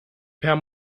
per